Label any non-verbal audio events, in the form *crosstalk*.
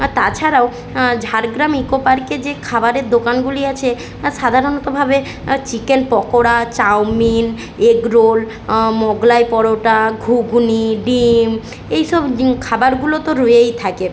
আর তাছাড়াও ঝাড়গ্রাম ইকো পার্কে যে খাবারের দোকানগুলি আছে সাধারণতভাবে chicken pakora chowmein egg roll Mughlai paratha ghugni ডিম এই সব *unintelligible* খাবারগুলো তো রয়েই থাকে